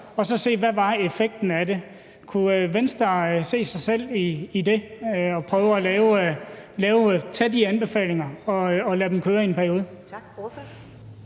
så se, hvad effekten var af det. Kunne Venstre se sig selv i det, altså at tage de anbefalinger og lade dem køre i en periode?